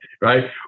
Right